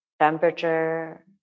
temperature